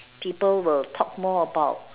people will talk more about